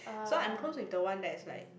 so I'm close with the one that is like